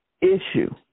issue